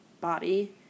body